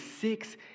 six